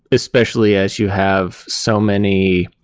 especially as you have so many